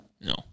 No